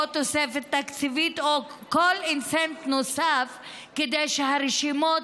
תוספת תקציבית או כל incentive נוסף כדי שהרשימות